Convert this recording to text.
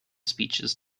speeches